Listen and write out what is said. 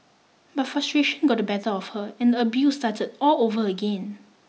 but frustration got the better of her and the abuse start all over again